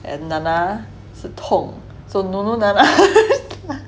and nana 是痛 so nunu nana